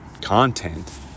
content